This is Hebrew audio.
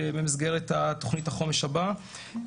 במסגרת תוכנית החומש הבאה,